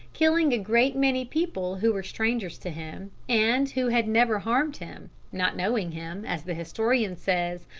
killing a great many people who were strangers to him, and who had never harmed him, not knowing him, as the historian says,